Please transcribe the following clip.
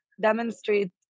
demonstrate